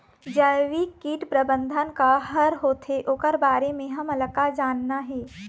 जैविक कीट प्रबंधन का हर होथे ओकर बारे मे हमन ला जानना हे?